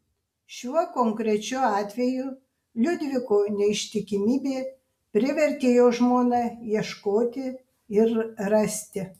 šiuo konkrečiu atveju liudviko neištikimybė privertė jo žmoną ieškoti ir rasti